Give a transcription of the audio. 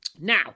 Now